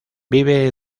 vive